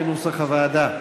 כנוסח הוועדה.